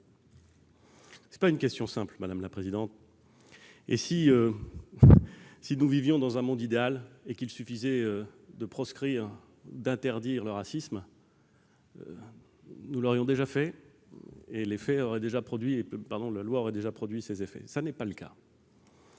Ce n'est pas une question simple, madame la présidente. Si nous vivions dans un monde idéal et s'il suffisait de proscrire, d'interdire le racisme, nous l'aurions déjà fait et la loi aurait déjà produit ses effets. Ce n'est pas le cas.